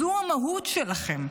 זאת המהות שלכם,